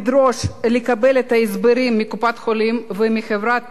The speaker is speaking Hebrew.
לדרוש לקבל את ההסברים מקופת-החולים ומחברת